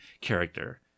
character